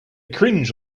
cringe